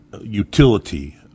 utility